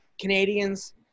Canadians